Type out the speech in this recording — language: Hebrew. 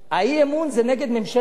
האי-אמון זה נגד ממשלת קדימה.